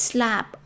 Slap